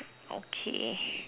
okay